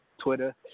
Twitter